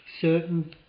certain